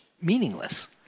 meaningless